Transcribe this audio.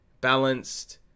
balanced